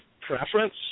preference